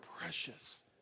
precious